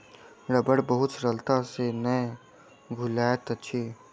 रबड़ बहुत सरलता से नै घुलैत अछि